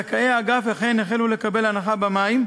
זכאי האגף אכן החלו לקבל הנחה בחשבונות המים.